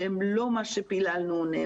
שהם לא מה שפיללנו לו.